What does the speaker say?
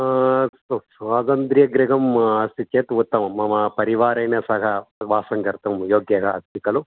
अस्तु स्वातन्त्र्यगृहं चेत् उत्तमं मम परिवारेण सह वासं कर्तुं योग्यः अस्ति खलु